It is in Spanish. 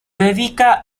dedica